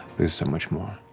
there's so much more.